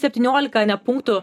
septyniolika punktų